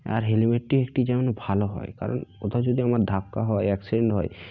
আর হেলমেটটি একটি যেন ভালো হয় কারণ কোথাও যদি আমার ধাক্কা হয় অ্যাক্সিডেন্ট হয়